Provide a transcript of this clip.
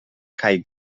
kaj